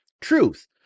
truth